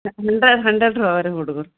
hundred hundred ಅವೆ ರೀ ಹುಡ್ಗುರು